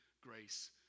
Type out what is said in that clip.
grace